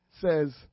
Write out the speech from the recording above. says